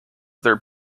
their